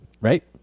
Right